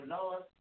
Lord